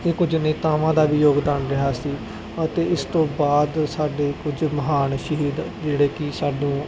ਅਤੇ ਕੁਝ ਨੇਤਾਵਾਂ ਦਾ ਵੀ ਯੋਗਦਾਨ ਰਿਹਾ ਸੀ ਅਤੇ ਇਸ ਤੋਂ ਬਾਅਦ ਸਾਡੇ ਕੁਝ ਮਹਾਨ ਸ਼ਹੀਦ ਜਿਹੜੇ ਕਿ ਸਾਨੂੰ